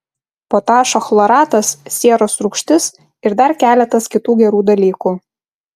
potašo chloratas sieros rūgštis ir dar keletas kitų gerų dalykų